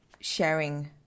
sharing